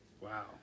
Wow